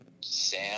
Sam